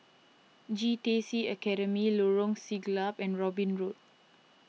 J T C Academy Lorong Siglap and Robin Road